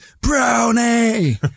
brownie